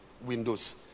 windows